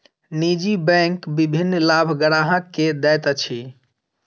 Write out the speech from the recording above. निजी बैंक विभिन्न लाभ ग्राहक के दैत अछि